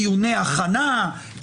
דיוני הכנה,